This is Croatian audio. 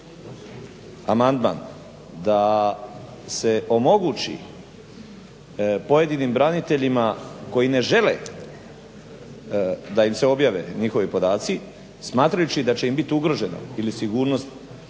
amandman da se omogući pojedinim braniteljima koji ne žele da im se objave njihovi podaci smatrajući da će im bit ugrožena ili sigurnost